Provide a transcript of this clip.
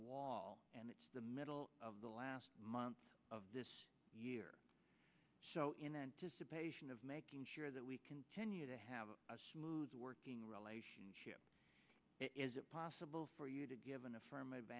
wall and it's the middle of the last month of this year so in anticipation of making sure that we continue to have a smooth working relationship is it possible for you to give an affirmative